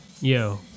yo